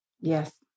Yes